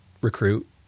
recruit